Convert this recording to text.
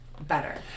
better